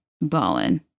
ballin